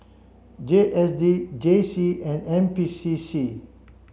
J S D J C and N P C C